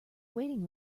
waiting